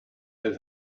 have